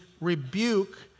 rebuke